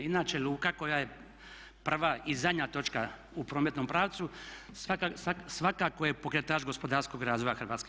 Inače luka koja je prava i zadnja točka u prometnom pravcu svakako je pokretač gospodarskog razvoja Hrvatske.